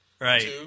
right